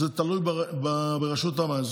זה תלוי ברשות המים.